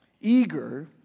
eager